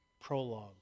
prologue